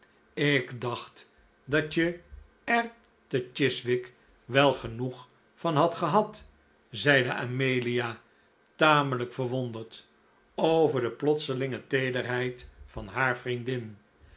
ik dacht dat je er te chiswick wel genoeg van had gehad zeide amelia tamelijk verwonderd over de plotselinge teederheid van haar vriendin